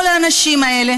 כל האנשים האלה